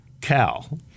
Cal